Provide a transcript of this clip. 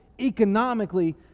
economically